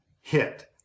hit